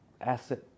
asset